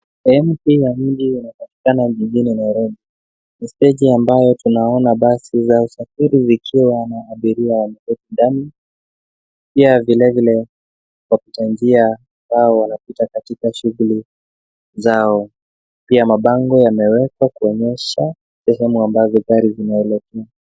Sehemu hii ya mji inapatikana jijini Nairobi. Ni steji ambayo tunaona basi za usafiri zikiwa na abiria wameketi ndani. Pia vilevile, wapita njia hawa wanapita katika shughuli zao pia mabango yamewekwa kuonyesha sehemu ambazo gari zinaelekea.